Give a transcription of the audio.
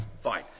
Fine